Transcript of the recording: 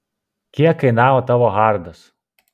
kiek kainavo tavo hardas